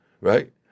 Right